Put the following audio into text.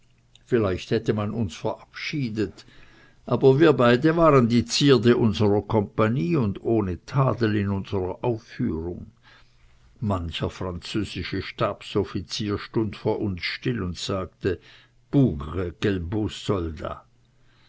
vielleicht hätte man uns verabschiedet aber wir beide waren die zierde unserer compagnie und ohne tadel in unserer aufführung mancher französische stabsoffizier stund vor uns still und sagte